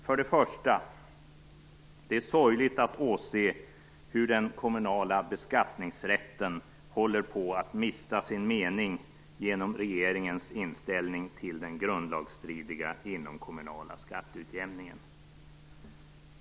Först och främst är det sorgligt att åse hur den kommunala beskattningsrätten håller på att mista sin mening genom regeringens inställning till den grundlagsstridiga inomkommunala skatteutjämningen.